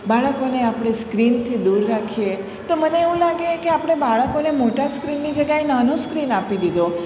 બાળકોને આપણે સ્ક્રીનથી દૂર રાખીએ તો મને એવું લાગે કે આપળે બાળકોને મોટા સ્ક્રીનની જગ્યાએ નાનો સ્ક્રીન આપી દીધો